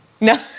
No